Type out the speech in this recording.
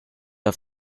auf